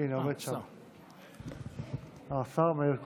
הינה, עומד שם, השר מאיר כהן.